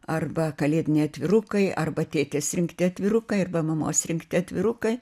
arba kalėdiniai atvirukai arba tėtės rinkti atvirukai arba mamos rinkti atvirukai